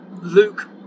Luke